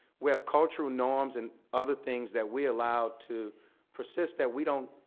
we have cultural norms and other things that we allow to persist that we don't,